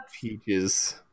peaches